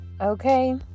Okay